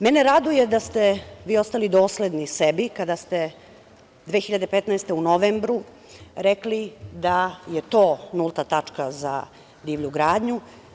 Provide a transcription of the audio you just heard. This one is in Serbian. Mene raduje da ste vi ostali dosledni sebi kada ste 2015. godine u novembru rekli da je to nulta tačka za divlju gradnju.